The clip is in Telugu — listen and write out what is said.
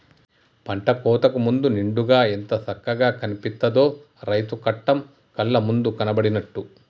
పంట కోతకు ముందు నిండుగా ఎంత సక్కగా కనిపిత్తదో, రైతు కష్టం కళ్ళ ముందు కనబడినట్టు